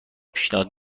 پیشنهاد